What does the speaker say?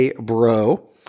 Bro